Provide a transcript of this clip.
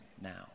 now